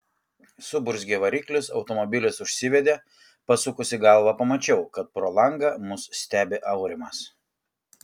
suburzgė variklis automobilis užsivedė pasukusi galvą pamačiau kad pro langą mus stebi aurimas